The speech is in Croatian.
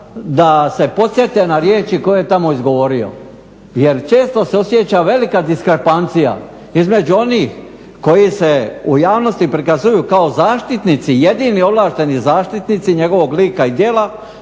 da se podsjete na riječi koje je tamo izgovorio, jer često se osjeća velika diskrepancija između onih koji se u javnosti prikazuju kao zaštitnici, jedini ovlašteni zaštitnici njegovog lika i djela